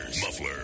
muffler